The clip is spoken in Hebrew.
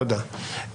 תודה.